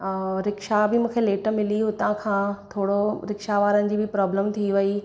ऐं रिक्शा बि मूंखे लेट मिली हुतां खां थोरो रिक्शा वारनि जी बि प्रॉब्लम थी वई